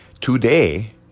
Today